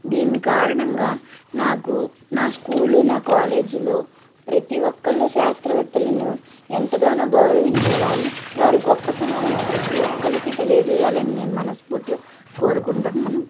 దీని కారణంగా నాకు నా స్కూలు నా కాలేజీలో ప్రతి ఒక్కరు శాస్త్రవేత్తలను ఎంతగానో గౌరవించే వాళ్ళు వారి గొప్పతనాన్ని ప్రతి ఒకరికి తెలియచేయాలని నేను మనస్పూర్తిగా కోరుకుంటున్నాను